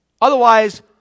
Otherwise